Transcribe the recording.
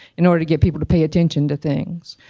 in order to get people to pay attention to things,